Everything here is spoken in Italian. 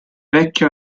vecchio